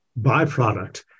byproduct